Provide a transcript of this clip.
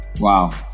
Wow